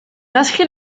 inscrit